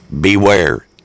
beware